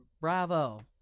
Bravo